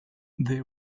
they